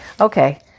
Okay